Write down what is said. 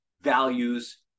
values